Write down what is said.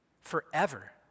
Forever